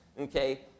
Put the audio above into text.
Okay